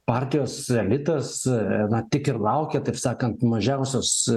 partijos elitas na tik ir laukia taip sakant mažiausios